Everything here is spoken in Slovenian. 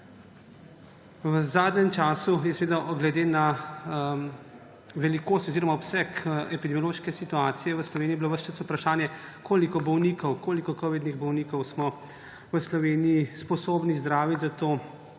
V zadnjem času je glede na velikost oziroma obseg epidemiološke situacije v Sloveniji bilo ves čas vprašanje, koliko covidnih bolnikov smo v Sloveniji sposobni zdraviti. Zato